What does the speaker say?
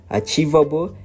achievable